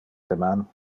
deman